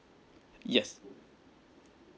yes